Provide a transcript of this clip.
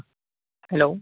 hello